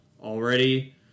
already